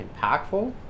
impactful